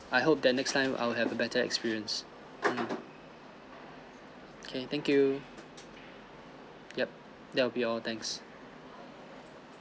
I hope that next time I'll have a better experience mm okay thank you yup that would be all thanks